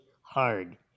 hard